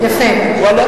יפה.